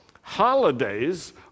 holidays